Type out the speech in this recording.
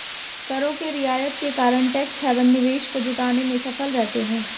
करों के रियायत के कारण टैक्स हैवन निवेश को जुटाने में सफल रहते हैं